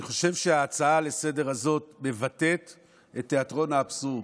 אני חושב שההצעה לסדר-היום הזו מבטאת את תיאטרון האבסורד.